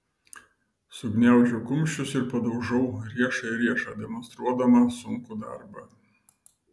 sugniaužiu kumščius ir padaužau riešą į riešą demonstruodama sunkų darbą